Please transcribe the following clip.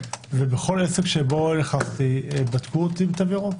בכל עסק שבו נכנסתי בדקו אותי עם תו ירוק.